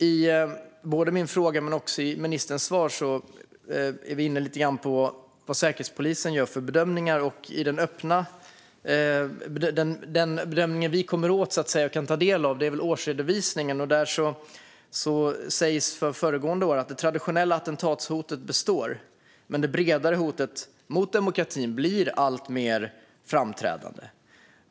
I både min fråga men också i ministerns svar är vi lite grann inne på vad Säkerhetspolisen gör för bedömningar. Den bedömning vi kommer åt och kan ta del av är årsredovisningen. Där sägs för föregående år att det traditionella attentatshotet består, men det bredare hotet mot demokratin blir alltmer framträdande.